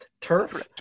turf